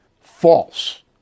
False